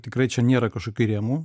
tikrai čia nėra kažkokių rėmų